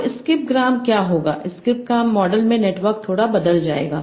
अब skip gram क्या होगा स्किप ग्राम मॉडल में नेटवर्क थोड़ा बदल जाएगा